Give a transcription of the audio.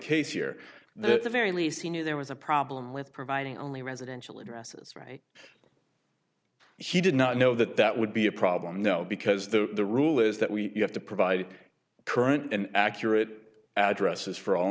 very least you knew there was a problem with providing only residential addresses right he did not know that that would be a problem now because the the rule is that we have to provide current and accurate addresses for all